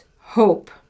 hope